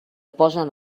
posen